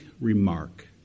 remark